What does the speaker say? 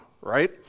right